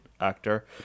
actor